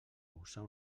usar